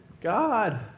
God